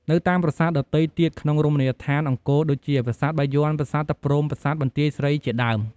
នៅតាមប្រាសាទដទៃទៀតក្នុងរមណីយដ្ឋានអង្គរដូចជា ប្រាសាទបាយ័ន ប្រាសាទតាព្រហ្ម ប្រាសាទបន្ទាយស្រី ជាដើម។